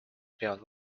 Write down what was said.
peavad